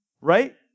Right